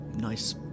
nice